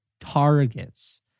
targets